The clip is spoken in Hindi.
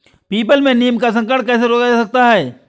पीपल में नीम का संकरण कैसे रोका जा सकता है?